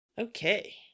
Okay